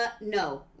no